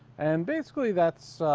and basically that's